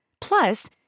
Plus